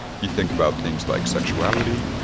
you think about things like sexuality.